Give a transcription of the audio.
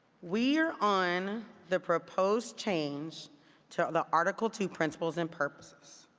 we're on the proposed change to the article two principles and purposes.